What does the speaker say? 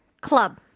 club